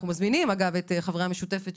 אנחנו מזמינים את חברי המשותפת,